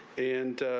and